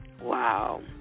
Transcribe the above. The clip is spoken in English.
Wow